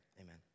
Amen